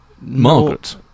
Margaret